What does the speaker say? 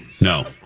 No